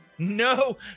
No